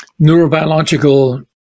neurobiological